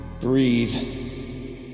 breathe